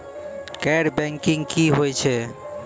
गैर बैंकिंग की होय छै?